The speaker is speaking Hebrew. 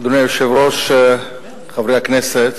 אדוני היושב-ראש, חברי הכנסת,